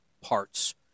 parts